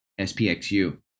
SPXU